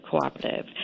cooperative